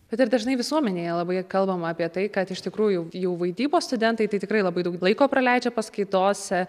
bet ar dažnai visuomenėje labai kalbama apie tai kad iš tikrųjų jau vaidybos studentai tai tikrai labai daug laiko praleidžia paskaitose